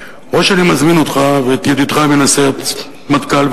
או שאני מזמין אותך ואת ידידך מסיירת מטכ"ל,